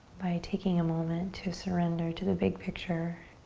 by taking a moment to surrender to the big picture.